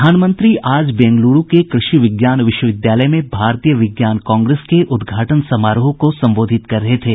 प्रधानमंत्री आज बेंगलुरू के कृषि विज्ञान विश्वविद्यालय में भारतीय विज्ञान कांग्रेस के उद्घाटन समारोह को संबोधित कर रहे थे